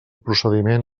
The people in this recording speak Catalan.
procediment